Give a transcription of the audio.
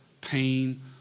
pain